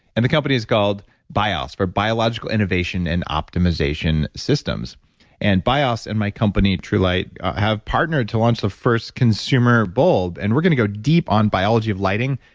and the company is called bios for biological innovation and optimization systems and bios and my company truelight have partnered to launch the first consumer bulb, and we're going to go deep on biology of lighting,